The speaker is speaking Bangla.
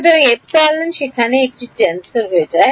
সুতরাং এপিসিলন সেখানে একটি টেনসর হয়ে যায়